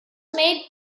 made